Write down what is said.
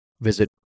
visit